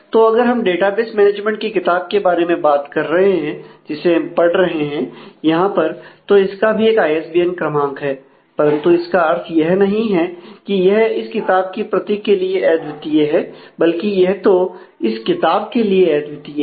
तो अगर हम डेटाबेस मैनेजमेंट की किताब के बारे में बात कर रहे हैं जिसे हम पढ़ रहे हैं यहां पर तो इसका भी एक आईएसबीएन क्रमांक है परंतु इसका अर्थ यह नहीं है कि यह इस किताब की प्रति के लिए अद्वितीय है बल्कि यह तो इस किताब के लिए अद्वितीय है